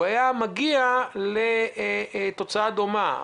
הוא היה מגיע לתוצאה דומה.